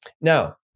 now